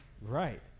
right